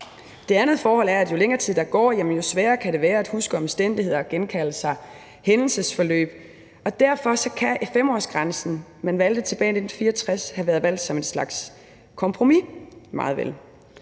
Det andet forhold er, at jo længere tid, der går, jo sværere kan det være at huske omstændigheder og genkalde sig hændelsesforløb. Og derfor kan 5-årsgrænsen, man valgte tilbage i 1964, meget vel have været valgt som en slags kompromis